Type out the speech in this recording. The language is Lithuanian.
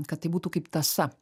kad tai būtų kaip tąsa